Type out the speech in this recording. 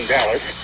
Dallas